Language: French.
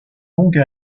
longue